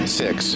six